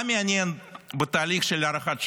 ומה מעניין בתהליך של הערכת שווי,